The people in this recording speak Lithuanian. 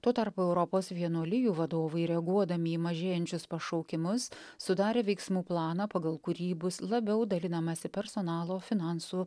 tuo tarpu europos vienuolijų vadovai reaguodami į mažėjančius pašaukimus sudarė veiksmų planą pagal kurį bus labiau dalinamasi personalo finansų